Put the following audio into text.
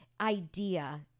idea